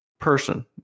person